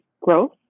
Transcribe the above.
growth